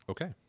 Okay